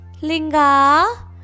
Linga